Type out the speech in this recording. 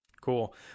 cool